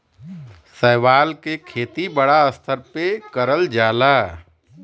शैवाल के खेती बड़ा स्तर पे करल जाला